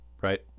right